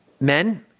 men